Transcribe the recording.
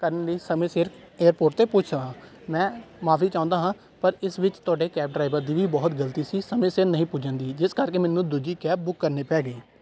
ਕਰਨ ਲਈ ਸਮੇਂ ਸਿਰ ਏਅਰਪੋਰਟ 'ਤੇ ਪੁੱਜ ਸਕਾਂ ਮੈਂ ਮਾਫ਼ੀ ਚਾਹੁੰਦਾ ਹਾਂ ਪਰ ਇਸ ਵਿੱਚ ਤੁਹਾਡੇ ਕੈਬ ਡਰਾਈਵਰ ਦੀ ਵੀ ਬਹੁਤ ਗਲਤੀ ਸੀ ਸਮੇਂ ਸਿਰ ਨਹੀਂ ਪੁੱਜਣ ਦੀ ਜਿਸ ਕਰਕੇ ਮੈਨੂੰ ਦੂਜੀ ਕੈਬ ਬੁੱਕ ਕਰਨੀ ਪੈ ਗਈ